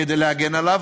כדי להגן עליו,